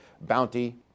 bounty